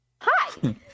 Hi